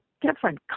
different